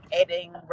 adding